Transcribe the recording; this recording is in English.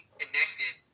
connected